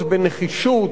בנחרצות,